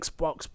Xbox